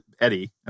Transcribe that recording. Eddie